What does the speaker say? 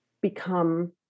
become